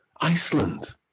Iceland